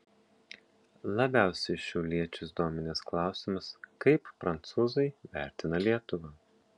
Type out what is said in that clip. labiausiai šiauliečius dominęs klausimas kaip prancūzai vertina lietuvą